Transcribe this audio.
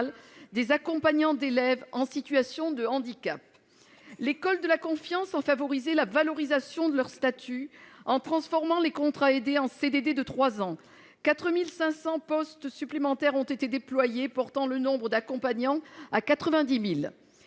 des accompagnants d'élèves en situation de handicap (AESH). La loi pour une école de la confiance a favorisé la valorisation de leur statut, en transformant les contrats aidés en CDD de trois ans. En outre, 4 500 postes supplémentaires ont été déployés, portant le nombre d'accompagnants à 90 000.